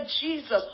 Jesus